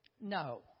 No